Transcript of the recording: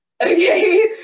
okay